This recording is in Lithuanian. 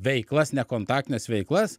veiklas nekontaktines veiklas